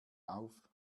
auf